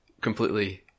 completely